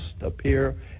appear